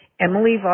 Emily